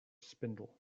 spindle